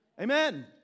Amen